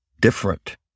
different